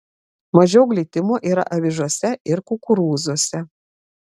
mažiau glitimo yra avižose ir kukurūzuose